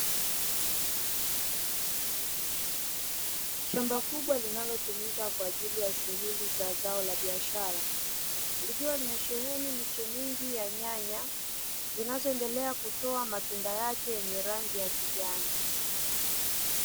Shamba kubwa linalotumika kwa shughuli za zao la biashara likiwa limesheheni miche mingi ya nyanya, zinazoendelea kutoa matunda yake yenye rangi ya kijani.